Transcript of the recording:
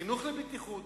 החינוך לבטיחות,